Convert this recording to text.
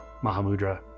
Mahamudra